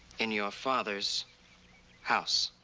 in your father's house.